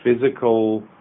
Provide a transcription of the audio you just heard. physical